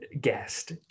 guest